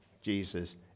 Jesus